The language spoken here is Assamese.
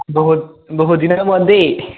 বহুত বহুত দিনৰ মূৰত দেই